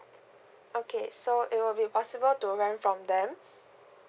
okay so it will be possible to rent from them